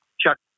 chuck